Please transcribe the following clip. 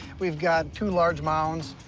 we've got two large mounds.